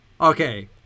okay